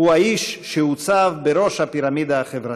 הוא האיש שהוצב בראש הפירמידה החברתית.